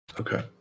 Okay